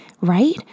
right